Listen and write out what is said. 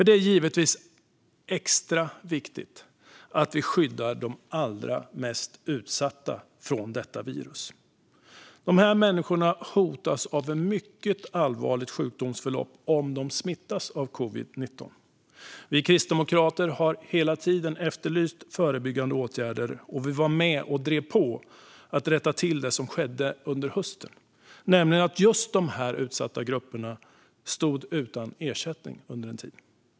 Det är givetvis extra viktigt är att vi skyddar de allra mest utsatta från detta virus. Dessa människor hotas av ett mycket allvarligt sjukdomsförlopp om de smittas av covid-19. Vi kristdemokrater har hela tiden efterlyst förebyggande åtgärder. Vi var med och drev på för att rätta till det som skedde nu under hösten, nämligen att just dessa utsatta grupper stod utan ersättning under en tid.